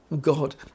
God